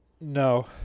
No